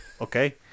Okay